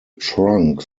trunk